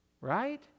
Right